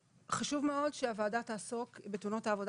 חשוב מאוד שהוועדה תעסוק בתאונות העבודה